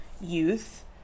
youth